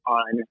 on